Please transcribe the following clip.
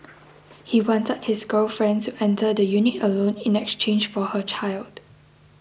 he wanted his girlfriend to enter the unit alone in exchange for her child